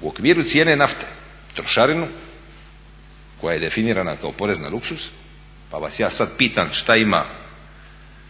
u okviru cijene nafte trošarinu koja je definirana kao porez na luksuz. Pa vas ja sada pitam šta ima